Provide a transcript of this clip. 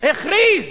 הכריז